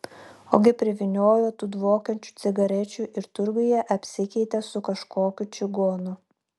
ogi privyniojo tų dvokiančių cigarečių ir turguje apsikeitė su kažkokiu čigonu